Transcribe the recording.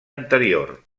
anterior